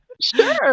Sure